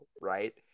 right